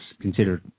considered